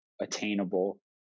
attainable